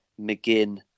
McGinn